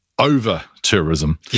Over-tourism